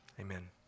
Amen